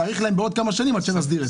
להאריך להם בעוד כמה שנים עד שנסדיר את זה.